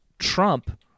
Trump